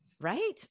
Right